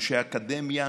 אנשי אקדמיה,